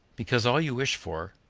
because all you wish for,